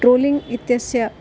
trolling इत्यस्य